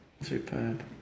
Superb